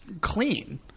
clean